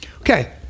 Okay